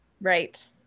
Right